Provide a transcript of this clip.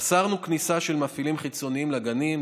אסרנו כניסה של מפעילים חיצוניים לגנים.